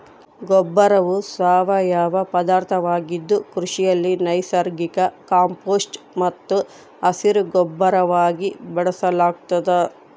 ಗೊಬ್ಬರವು ಸಾವಯವ ಪದಾರ್ಥವಾಗಿದ್ದು ಕೃಷಿಯಲ್ಲಿ ನೈಸರ್ಗಿಕ ಕಾಂಪೋಸ್ಟ್ ಮತ್ತು ಹಸಿರುಗೊಬ್ಬರವಾಗಿ ಬಳಸಲಾಗ್ತದ